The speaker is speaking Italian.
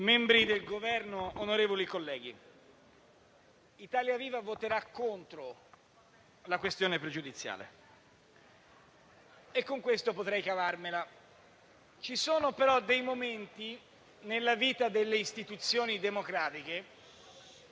membri del Governo, onorevoli colleghi, Italia Viva voterà contro la questione pregiudiziale e con questo potrei cavarmela. Ci sono, però, dei momenti nella vita delle istituzioni democratiche